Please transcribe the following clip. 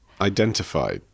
identify